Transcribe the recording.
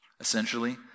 essentially